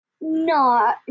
no